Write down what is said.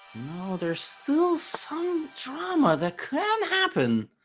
no there's still some drama that can happen